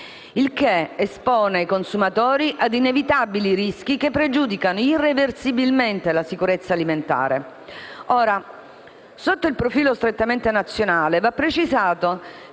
e ciò espone i consumatori a inevitabili rischi che pregiudicano irreversibilmente la sicurezza alimentare. Ora, sotto il profilo strettamente nazionale, va precisato